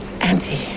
Auntie